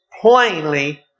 plainly